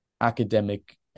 academic